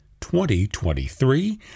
2023